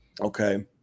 okay